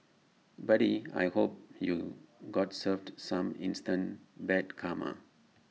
buddy I hope you got served some instant bad karma